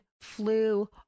flu